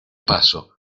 paso